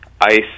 ICE